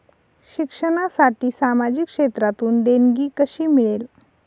शिक्षणासाठी सामाजिक क्षेत्रातून देणगी कशी मिळेल?